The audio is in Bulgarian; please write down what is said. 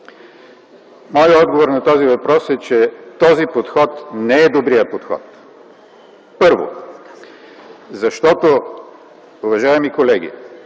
Моят отговор на този въпрос е, че този подход не е добрият подход. Първо, защото, уважаеми колеги,